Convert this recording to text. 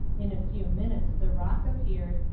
in a few minutes the roc appeared,